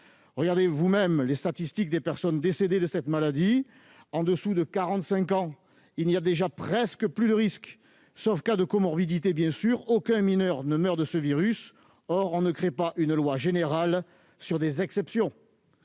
Regardez vous-mêmes les statistiques des personnes décédées de cette maladie : en deçà de 45 ans, il n'y a déjà presque plus de risques. Sauf cas de comorbidités, bien sûr, aucun mineur ne meurt de ce virus. Or on ne vote pas une loi générale pour des exceptions.